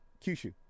Kyushu